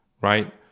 right